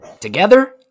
Together